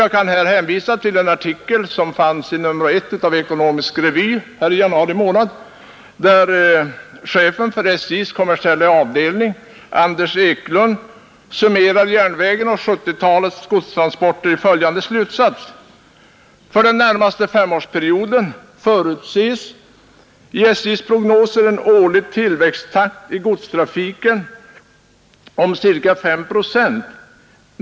Jag kan hänvisa till en artikel i Ekonomisk Revy, nr 1, januari månad, där chefen för SJ:s kommersiella avdelning Anders Eklund summerar järnvägen och 1970-talets godstransporter i följande slutsats: ”För den närmaste S-årsperioden förutses i SJ:s prognoser en årlig tillväxttakt i godstrafiken om ca 5 procent.